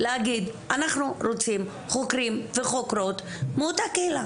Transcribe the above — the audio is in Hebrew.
להגיד אנחנו רוצים חוקרים וחוקרות מאותה קהילה.